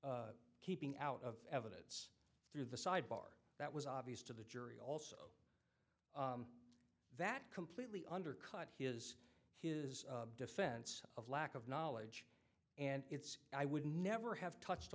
keeping out of evidence through the sidebar that was obvious to the jury also that completely undercut his his defense of lack of knowledge and it's i would never have touched